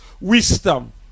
wisdom